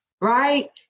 right